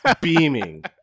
beaming